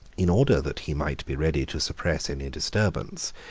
in order that he might be ready to suppress any disturbance,